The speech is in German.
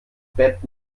bett